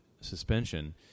suspension